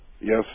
Yes